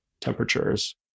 temperatures